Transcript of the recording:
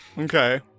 okay